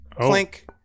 Clink